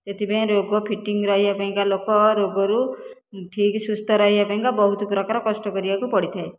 ଏଥିପାଇଁ ରୋଗ ଫିଟିଙ୍ଗ ରହିବା ପାଇଁକା ଲୋକ ରୋଗରୁ ଠିକ୍ ସୁସ୍ଥ ରହିବା ପାଇଁକା ବହୁତ ପ୍ରକାର କଷ୍ଟ କରିବାକୁ ପଡ଼ିଥାଏ